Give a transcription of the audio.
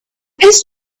his